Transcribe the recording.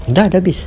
dah dah habis